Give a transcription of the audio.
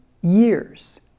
years